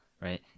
right